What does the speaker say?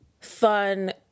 fun